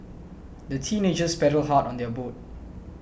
the teenagers paddled hard on their boat